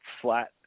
flat